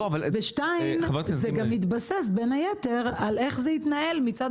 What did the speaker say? וזה גם מתבסס בין היתר על איך זה יתנהל מצד